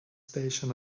station